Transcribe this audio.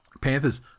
Panthers